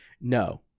no